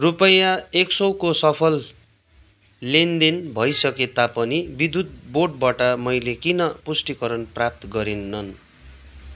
रुपैयाँ एक सौको सफल लेनदेन भइसके तापनि विद्युत बोर्डबाट मैले किन पुष्टिकरण प्राप्त गरेनन्